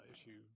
issue